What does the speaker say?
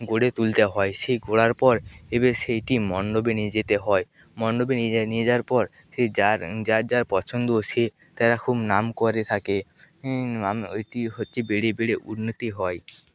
গড়ে তুলতে হয় সেই গড়ার পর এবার সেইটি মণ্ডপে নিয়ে যেতে হয় মণ্ডপে নিয়ে যায় নিয়ে যাওয়ার পর সেই যার যার যার পছন্দ সে তারা খুব নাম করে থাকে ওইটি হচ্ছে বেড়ে বেড়ে উন্নতি হয়